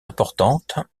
importante